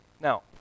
now